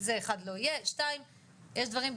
אתה קובע את